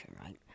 right